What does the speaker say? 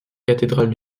cathédrale